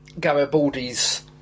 Garibaldi's